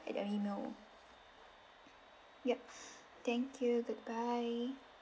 and let me know yup thank you goodbye